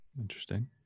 interesting